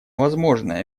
возможное